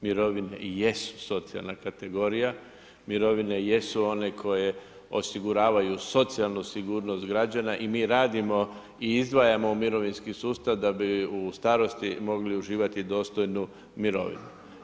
Mirovine jesu socijalna kategorija, mirovine jesu one koje osiguravaju socijalnu sigurnost građana i mi radimo i izdvajamo u mirovinski sustav da bi u starosti mogli uživati dostojnu mirovinu.